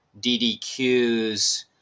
DDQs